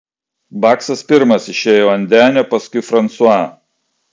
baksas pirmas išėjo ant denio paskui fransuą